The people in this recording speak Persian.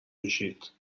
میشید